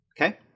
okay